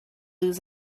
lose